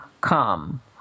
come